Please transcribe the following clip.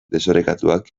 desorekatuak